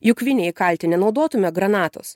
juk vinį įkalti nenaudotume granatos